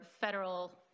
federal